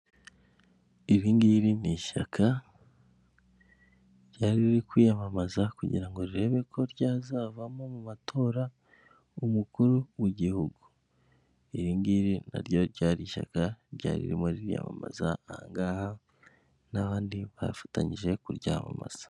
Iki ni icyumba k'inama y'imwe muri kampani runaka, aho abayobozi bashobora guhurira mu kwiga ku ngingo zitandukanye no gukemura ibibazo byagaragaye.